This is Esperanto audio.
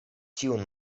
tiun